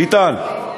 ביטן,